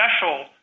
special –